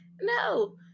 no